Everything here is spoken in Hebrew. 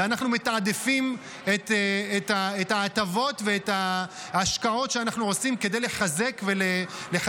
ואנחנו מתעדפים את ההטבות ואת ההשקעות שאנחנו עושים כדי לחזק את